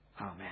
Amen